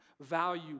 value